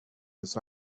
his